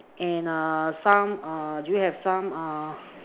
and err some uh do you have some uh